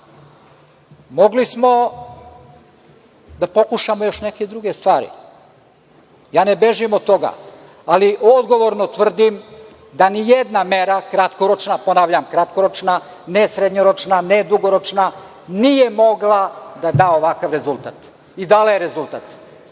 brza? Mogli smo da pokušamo još neke druge stvari, ja ne bežim, ali odgovorno tvrdim da nijedna mera kratkoročna, ponavljam – kratkoročna, ne srednjoročna, ne dugoročna, nije mogla da da ovakav rezultat i dala je rezultat.